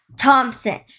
Thompson